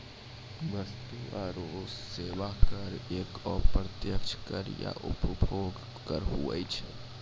वस्तु आरो सेवा कर एक अप्रत्यक्ष कर या उपभोग कर हुवै छै